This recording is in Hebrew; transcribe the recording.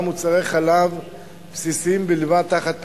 מוצרי חלב בסיסיים בלבד תחת פיקוח: